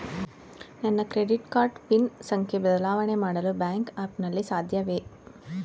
ನನ್ನ credit card pin ಸಂಖ್ಯೆ ಬದಲಾವಣೆ ಮಾಡಲು ಬ್ಯಾಂಕ್ ಆ್ಯಪ್ ನಲ್ಲಿ ಸಾಧ್ಯವೇ?